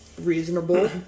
reasonable